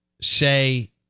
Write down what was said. say